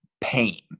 pain